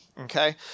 okay